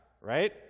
right